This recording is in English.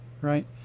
right